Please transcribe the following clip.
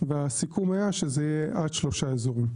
והסיכום היה שזה יהיה עד שלושה רישיונות.